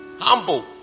humble